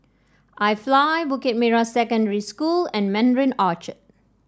IFly Bukit Merah Secondary School and Mandarin Orchard